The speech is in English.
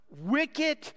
wicked